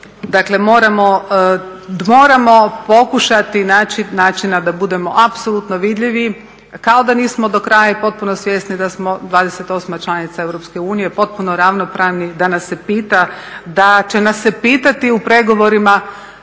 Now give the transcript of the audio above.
dakle moramo pokušati naći načina da budemo apsolutno vidljivi. Kao da nismo do kraja i potpuno svjesni da smo 28 članica EU, potpuno ravnopravno, da će nas se pitati u pregovorima